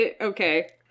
Okay